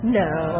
no